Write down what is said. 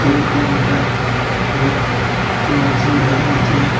खंय कोण म्हाका अरे तूं मात्सो मडगांव येतलो